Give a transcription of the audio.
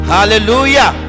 Hallelujah